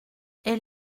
est